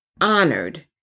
honored